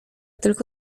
tylko